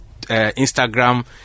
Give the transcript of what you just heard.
Instagram